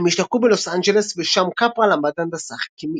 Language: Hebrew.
הם השתקעו בלוס אנג'לס, ושם קפרה למד הנדסה כימית.